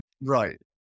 right